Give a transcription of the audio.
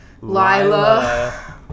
Lila